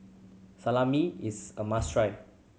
salami is a must try